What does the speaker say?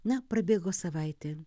na prabėgo savaitė